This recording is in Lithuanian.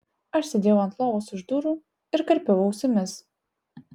aš sėdėjau ant lovos už durų ir karpiau ausimis